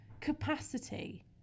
capacity